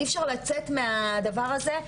אי אפשר לצאת מהדבר הזה.